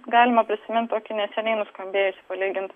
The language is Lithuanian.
galima prisimint tokį neseniai nuskambėjusį palyginti